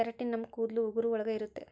keratin ನಮ್ ಕೂದಲು ಉಗುರು ಒಳಗ ಇರುತ್ತೆ